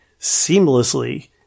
seamlessly